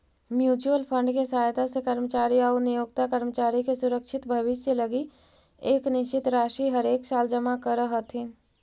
mutual fund के सहायता से कर्मचारी आउ नियोक्ता कर्मचारी के सुरक्षित भविष्य लगी एक निश्चित राशि हरेकसाल जमा करऽ हथिन